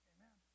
Amen